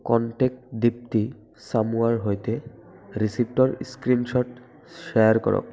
contact Dipti চামুৱাৰ সৈতে ৰিচিপ্টৰ ইস্ক্ৰীনশ্বট শ্বেয়াৰ কৰক